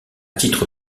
titre